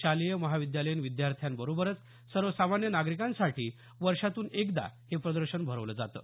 शालेय महाविद्यालयीन विद्यार्थ्यांबरोबरच सर्वसामान्य नागरिकांसाठी वर्षातून एकदा हे प्रदर्शन भरवलं जातं